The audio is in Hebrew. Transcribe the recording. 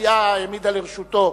והסיעה העמידה לרשותו.